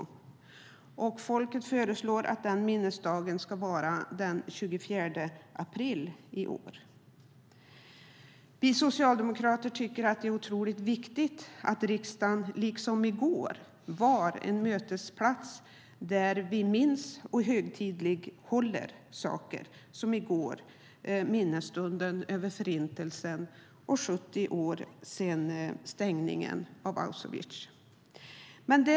Folket har föreslagit att minnesdagen ska vara den 24 april i år. Vi socialdemokrater tycker att det är otroligt viktigt att riksdagen, liksom riksdagen var i går, ska vara en mötesplats där vi minns och högtidlighåller händelser. I går hölls en minnestund över Förintelsen och att det är 70 år sedan stängningen av Auschwitz.